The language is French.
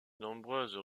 nombreuses